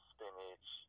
spinach